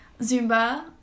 Zumba